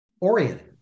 oriented